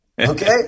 okay